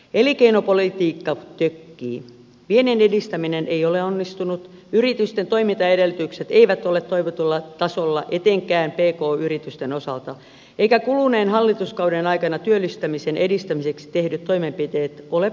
elinkeinopolitiikka tökkii viennin edistäminen ei ole onnistunut yritysten toimintaedellytykset eivät ole toivotulla tasolla etenkään pk yritysten osalta eivätkä kuluneen hallituskauden aikana työllistämisen edistämiseksi tehdyt toimenpiteet ole purreet